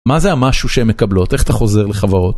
מה זה המשהו שהן מקבלות? איך אתה חוזר לחברות?